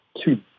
two